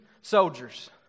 soldiers